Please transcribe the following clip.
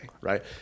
right